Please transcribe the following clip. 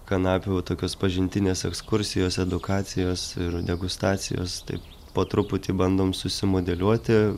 kanapių tokios pažintinės ekskursijos edukacijos ir degustacijos taip po truputį bandom susimodeliuoti